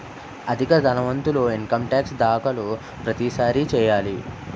అధిక ధనవంతులు income tax దాఖలు ప్రతిసారి చేయాలి